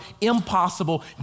impossible